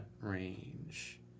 range